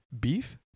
beef